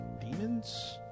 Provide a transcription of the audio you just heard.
demons